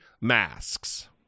masks